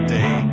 Day